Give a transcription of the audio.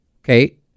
Okay